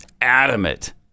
adamant